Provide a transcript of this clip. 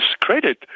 credit